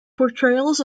portrayals